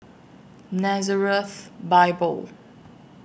Nazareth Bible